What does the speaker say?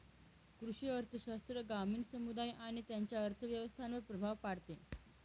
कृषी अर्थशास्त्र ग्रामीण समुदाय आणि त्यांच्या अर्थव्यवस्थांवर प्रभाव पाडते